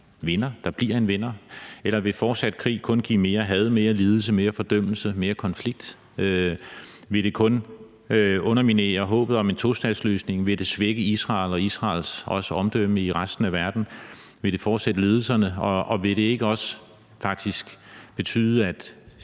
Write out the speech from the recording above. mener, at der bliver en vinder, eller vil fortsat krig kun give mere had, mere lidelse, mere fordømmelse og mere konflikt? Vil det kun underminere håbet om en tostatsløsning? Vil det svække Israel og også Israels omdømme i resten af verden? Vil det fortsætte lidelserne? Og vil det ikke også faktisk betyde, at